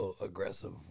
aggressive